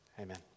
Amen